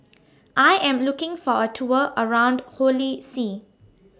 I Am looking For A Tour around Holy See